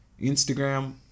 Instagram